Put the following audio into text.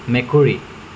মেকুৰী